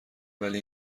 ولی